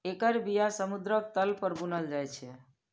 एकर बिया समुद्रक तल पर बुनल जाइ छै